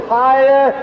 higher